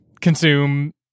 consume